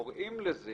קוראים לזה